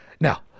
Now